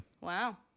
Wow